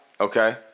Okay